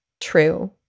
true